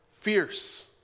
fierce